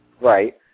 Right